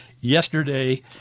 yesterday